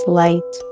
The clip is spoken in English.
light